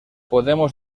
podemos